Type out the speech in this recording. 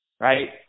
right